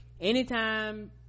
Anytime